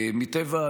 מטבע,